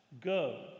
Go